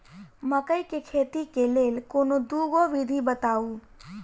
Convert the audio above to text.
मकई केँ खेती केँ लेल कोनो दुगो विधि बताऊ?